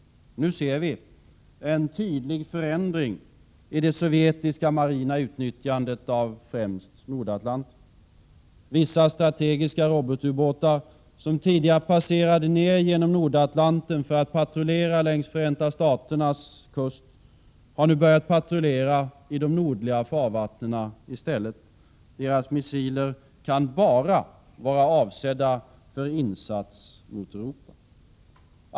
Nu ser vi en tydlig förändring i det sovjetiska marina utnyttjandet av främst Nordatlanten. Vissa strategiska robotubåtar, som tidigare passerade ner genom Nordatlanten för att patrullera längs Förenta Staternas kust, har nu i stället börjat patrullera i de nordliga farvattnen. Deras missiler kan bara vara avsedda för insats mot Europa.